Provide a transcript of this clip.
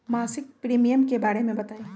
मासिक प्रीमियम के बारे मे बताई?